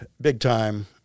big-time